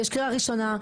יש קריאה ראשונה,